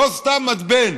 לא סתם מתבן